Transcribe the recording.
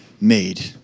made